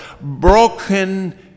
broken